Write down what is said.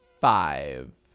Five